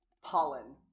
Pollen